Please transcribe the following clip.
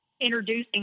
introducing